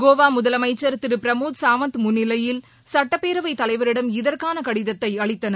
கோவா முதலமைச்சர் திரு பிரமோத் சாவந்த் முன்னிலையில் சட்டப்பேரவை தலைவரிடம் இதற்கான கடிதத்தை அளித்தனர்